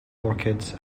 orchids